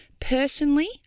Personally